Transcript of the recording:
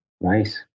Nice